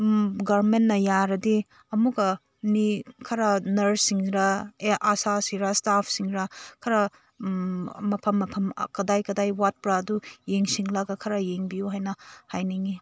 ꯒꯣꯕꯔꯃꯦꯟꯅ ꯌꯥꯔꯗꯤ ꯑꯃꯨꯛꯀ ꯃꯤ ꯈꯔ ꯅꯔꯁꯁꯤꯡꯔ ꯑꯦ ꯑꯁꯥ ꯁꯤꯔꯥ ꯏꯁꯇꯥꯐꯁꯤꯡꯔ ꯈꯔ ꯃꯐꯝ ꯃꯐꯝ ꯀꯗꯥꯏ ꯀꯗꯥꯏ ꯋꯥꯠꯄ꯭ꯔꯥ ꯑꯗꯨ ꯌꯦꯡꯁꯤꯜꯂꯒ ꯈꯔ ꯌꯦꯡꯕꯤꯌꯨ ꯍꯥꯏꯅ ꯍꯥꯏꯅꯤꯡꯉꯤ